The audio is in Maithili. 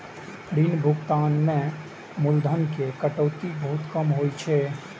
ऋण भुगतान मे मूलधन के कटौती बहुत कम होइ छै